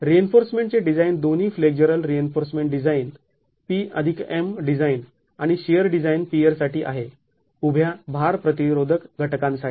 रिइन्फोर्समेंटचे design दोन्ही flexural reinforcement design PM design आणि shear design पियरसाठी आहे उभ्या भार प्रतिरोधक घटकांसाठी